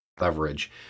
leverage